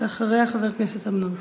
ואחריה, חבר הכנסת אמנון כהן.